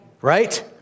right